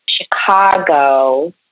Chicago